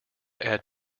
add